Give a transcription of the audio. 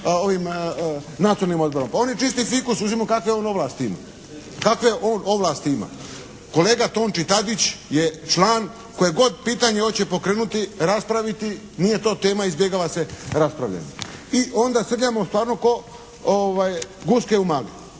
ovim Nacionalnim odborom. On je čisti fikus. Uzmimo kakve on ovlasti ima. Kolega Tonči Tadić je član. Koje god pitanje hoće pokrenuti, raspraviti nije to tema, izbjegava se raspravljanje. I onda sad imamo stvarno kao guske u magli